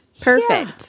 Perfect